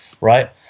right